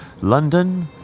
London